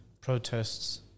protests